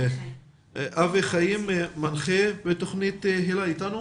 אבי חיים, מנחה בתוכנית היל"ה, איתנו?